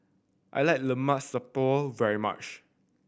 I like Lemak Siput very much